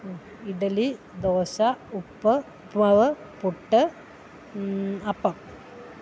ഇഡ്ഡലി ദോശ ഉപ്പ് ഉപ്പ് മാവ് പുട്ട് അപ്പം